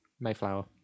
Mayflower